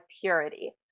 purity